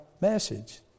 message